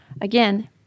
again